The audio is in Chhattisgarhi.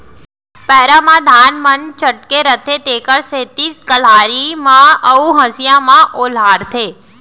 पैरा म धान मन चटके रथें तेकर सेती कलारी म अउ हँसिया म ओलहारथें